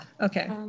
okay